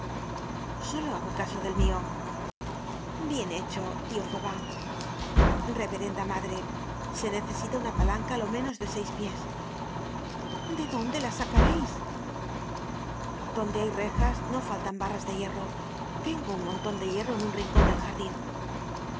solo hago caso del mio bien hecho tio fauvent reverenda madre se necesita una palanca lo menos de seis pies de dónde la sacareis donde hay rejas no faltan barras de hierro tengo un monton de hierro en un rincon del jardin